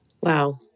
Wow